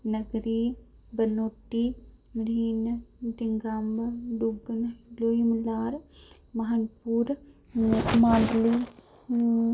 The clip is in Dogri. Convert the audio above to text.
नगरी बनौटी मढ़ीन डिंग्गा अम्ब महानपुर मांडली